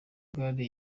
gare